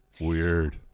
Weird